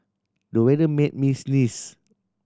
the weather made me sneeze